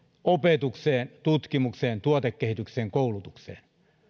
opetukseen tutkimukseen tuotekehitykseen koulutukseen